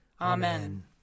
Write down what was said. Amen